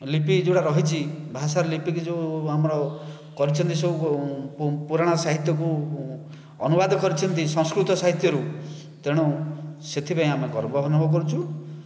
ଲିପି ଯେଉଁଟା ରହିଛି ଭାଷା ଲିପିକୁ ଯେଉଁ ଆମର କରିଛନ୍ତି ସବୁ ପୁରାଣ ସାହିତ୍ୟକୁ ଅନୁବାଦ କରିଛନ୍ତି ସଂସ୍କୃତ ସାହିତ୍ୟରୁ ତେଣୁ ସେଥିପାଇଁ ଆମେ ଗର୍ବ ଅନୁଭବ କରୁଛୁ